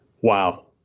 Wow